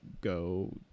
go